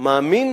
מאמין